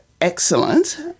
excellent